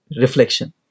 reflection